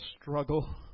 struggle